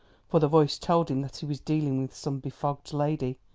for the voice told him that he was dealing with some befogged lady,